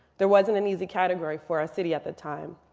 there wasn't an easy category for our city at the time.